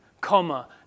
Comma